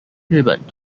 日本